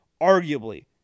Arguably